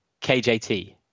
kjt